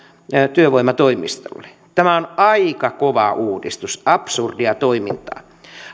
työvoimatoimistolle tämä on aika kova uudistus absurdia toimintaa